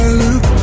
look